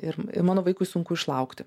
ir mano vaikui sunku išlaukti